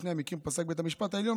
בשני המקרים פסק בית המשפט העליון,